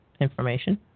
information